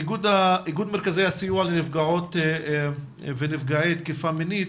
איגוד מרכזי הסיוע לנפגעות ונפגעי תקיפה מינית